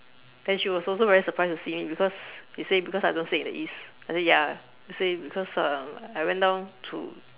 then she was also very surprised to see me because they say because I also don't stay in the east I say ya I say because um I went down to